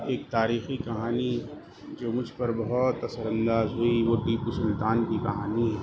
ایک تاریخی کہانی جو مجھ پر بہت اثر انداز ہوئی وہ ٹیپو سلطان کی کہانی ہے